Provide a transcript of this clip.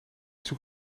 zoek